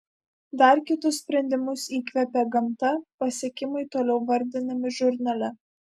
dar kitus sprendimus įkvėpė gamta pasiekimai toliau vardinami žurnale